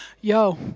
yo